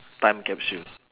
time capsule